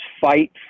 fight